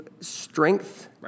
strength